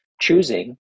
choosing